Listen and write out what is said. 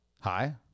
Hi